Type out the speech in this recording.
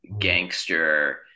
gangster